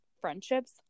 friendships